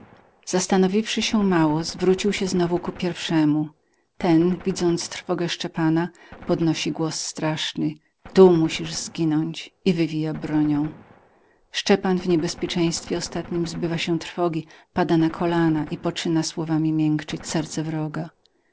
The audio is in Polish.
nieprzyjaciel zastanowiwszy się mało zwrócił się znowu ku pierwszemu ten widząc trwogę szczepana podnosi głos straszny tu musisz zginąć i wywija bronią szczepan w niebezpieczeństwie ostatniem zbywa się trwogi pada na kolana i poczyna słowami miękczyć serce wroga